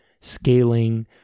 scaling